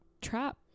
trap